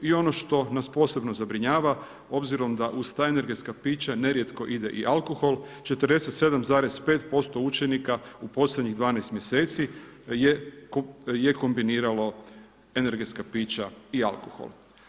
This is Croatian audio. I ono što nas posebno zabrinjava, obzirom da uz ta energetska pića nerijetko ide i alkohol 47,5% učenika u posljednjih 12 mjeseci je kombiniralo energetska pića i alkohol.